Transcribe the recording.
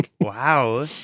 Wow